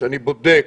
כשאני בודק,